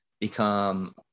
become